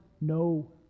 no